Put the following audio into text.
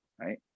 right